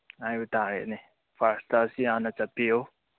ꯍꯥꯏꯕ ꯇꯥꯔꯦꯅꯦ ꯐꯔꯁꯇ ꯁꯤ ꯍꯥꯟꯅ ꯆꯠꯄꯤꯌꯨ